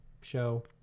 show